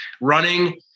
Running